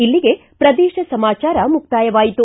ಇಲ್ಲಿಗೆ ಪ್ರದೇಶ ಸಮಾಚಾರ ಮುಕ್ತಾಯವಾಯಿತು